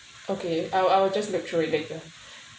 okay I'll I'll just read through it later